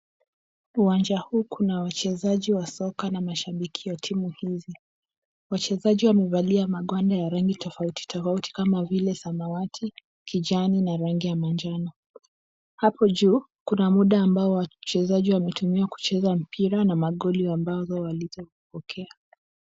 Uwanja huu kuna wachezaji wa soka na mashabiki wa timu hizi. Wachezaji wamevalia magwanda ya rangi tofauti tofauti kama vile; samawati, kijani na rangi ya manjano. Hapo juu kuna muda ambao wachezaji wametumia kucheza mpira na magoli ambazo walizozipokea.